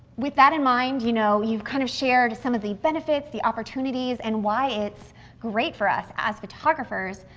with that in mind, you know, you've kind of shared some of the benefits, the opportunities, and why it's great for us, as photographers.